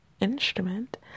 instrument